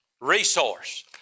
Resource